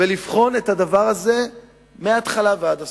ולבחון את הדבר הזה מההתחלה ועד הסוף.